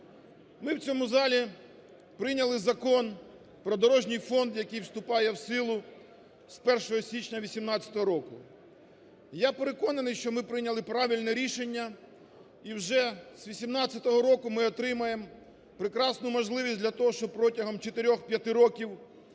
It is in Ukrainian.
Ми в цьому залі прийняли Закон про дорожній фонд, який вступає в силу з 1 січня 18-го року. Я переконаний, що ми прийняли правильне рішення, і вже з 18-го року ми отримаємо прекрасну можливість для того, щоб протягом 4-5 років